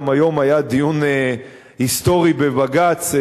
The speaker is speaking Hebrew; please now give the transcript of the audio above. גם היום היה דיון היסטורי בבג"ץ,